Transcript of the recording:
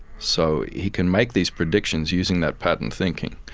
so he can make these predictions using that patterned thinking.